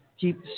Keep